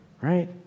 right